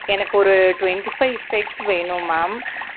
எனக்கு ஒரு twenty five sets வேணும் மேம்